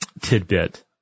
tidbit